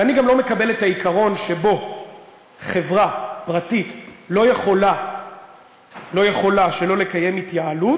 אני גם לא מקבל את העיקרון שבו חברה פרטית לא יכולה שלא לקיים התייעלות.